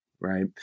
right